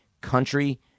country